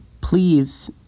please